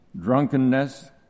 drunkenness